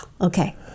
Okay